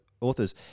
authors